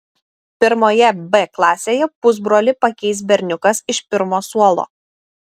pirmoje b klasėje pusbrolį pakeis berniukas iš pirmo suolo